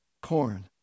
corn